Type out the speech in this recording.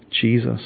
Jesus